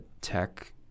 tech